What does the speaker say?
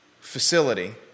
facility